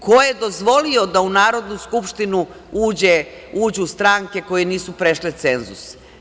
Ko je dozvolio da u Narodnu skupštinu uđu stranke koje nisu prešle cenzus?